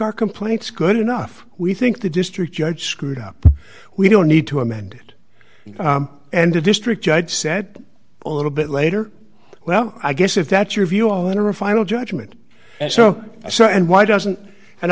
our complaints good enough we think the district judge screwed up we don't need to amend it and a district judge said own little bit later well i guess if that's your view on or a final judgment and so so and why doesn't and